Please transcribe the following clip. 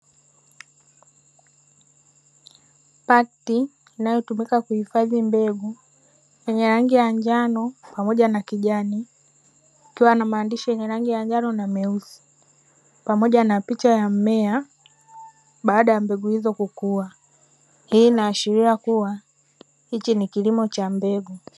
Pakiti inayotumika kuhifadhi mbegu; yenye rangi ya njano pamoja na kijani, ikiwa na maandishi yenye rangi ya njano na meusi pamoja na picha ya mmea baada ya mbegu hizo kukua. Hii inaashiria kuwa hichi ni kilimo cha mbegu.